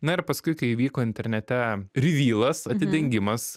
na ir paskui kai įvyko internete rivylas atidengimas